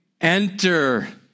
enter